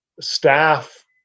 staff